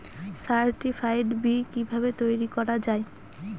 Certified বি কিভাবে তৈরি করা যায়?